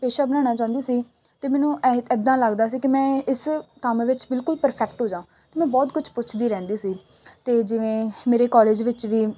ਪੇਸ਼ਾ ਬਣਾਉਣਾ ਚਾਹੁੰਦੀ ਸੀ ਅਤੇ ਮੈਨੂੰ ਐਹ ਇੱਦਾਂ ਲੱਗਦਾ ਸੀ ਕਿ ਮੈਂ ਇਸ ਕੰਮ ਵਿੱਚ ਬਿਲਕੁਲ ਪਰਫੈਕਟ ਹੋਜਾਂ ਮੈਂ ਬਹੁਤ ਕੁਛ ਪੁੱਛਦੀ ਰਹਿੰਦੀ ਸੀ ਅਤੇ ਜਿਵੇਂ ਮੇਰੇ ਕੋਲਜ ਵਿੱਚ ਵੀ